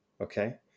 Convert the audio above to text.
Okay